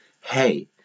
hey